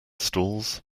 stalls